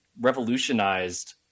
revolutionized